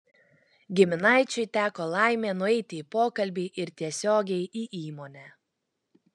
giminaičiui teko laimė nueiti į pokalbį ir tiesiogiai į įmonę